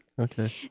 Okay